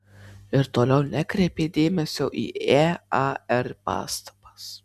ir toliau nekreipė dėmesio į ear pastabas